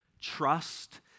trust